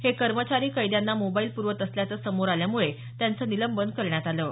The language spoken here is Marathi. हे कर्मचारी कैद्यांना मोबाईल पुरवत असल्याचं समोर आल्यामुळे त्यांचं निलंबन करण्यात आलं आहे